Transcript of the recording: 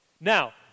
Now